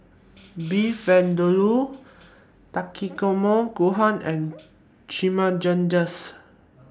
Beef Vindaloo Takikomi Gohan and Chimichangas